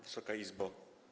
Wysoka Izbo!